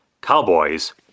Cowboys